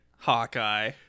Hawkeye